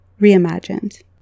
reimagined